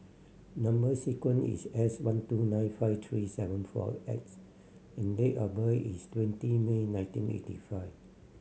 number sequence is S one two nine five three seven four X and date of birth is twenty May nineteen eighty five